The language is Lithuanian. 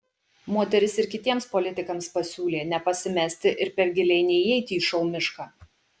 moteris ir kitiems politikams pasiūlė nepasimesti ir per giliai neįeiti į šou mišką